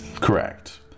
Correct